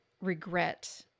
regret